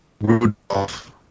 Rudolph